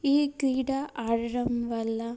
ఈ క్రీడ ఆడడం వల్ల